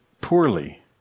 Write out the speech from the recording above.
poorly